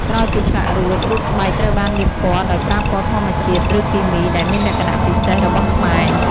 ក្រោយពីឆ្លាក់រួច រូបស្បែកត្រូវបានលាបពណ៌ដោយប្រើពណ៌ធម្មជាតិ ឬគីមី ដែលមានលក្ខណៈពិសេសរបស់ខ្មែរ។